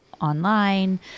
online